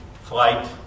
flight